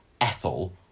Ethel